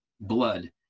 blood